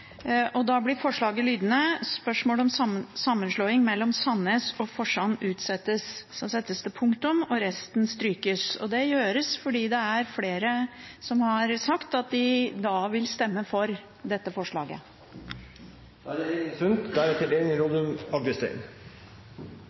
lydende: «Spørsmål om sammenslåing mellom Sandnes og Forsand utsettes.» Det settes altså punktum der, og resten strykes. Det gjøres fordi det er flere som har sagt at de da vil stemme for dette